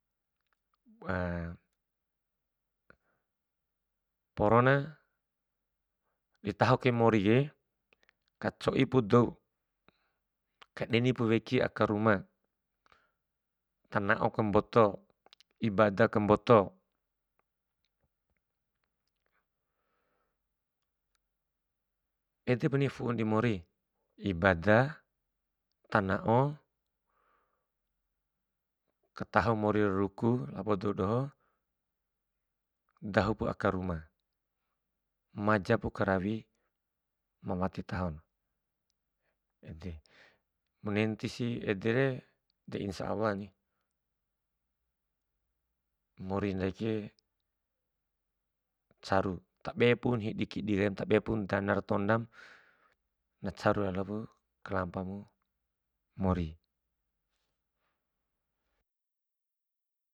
porona di taho kai mori ke, kacoi pu dou, ka deni pu weki aka ruma, tana'o kamboto, ibada kamboto. Edepa ni fu'u na di mori, ibada, tana'o, kataho mori ra ruku labo dou doho, dahu aka ruma, maja pu karawi ma wati taho, ede. Manentisi edere de insaallah ni, mori ndaike caru, tabepun hidi kaim tabe pun dana ra tondam, na caru lalopu kelampa mu mori.